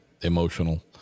emotional